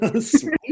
Sweet